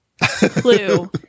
Clue